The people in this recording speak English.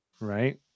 right